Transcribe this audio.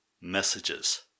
messages